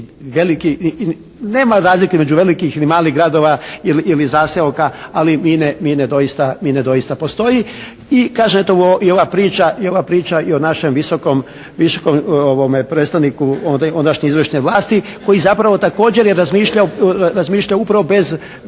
nema razlike između velikih ili malih gradova ili zaseoka ali mine doista postoje. I kaže to i ova priča i o našem visokom predstavniku ondašnje izvršne vlasti koji zapravo također je razmišljao bez